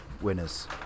winners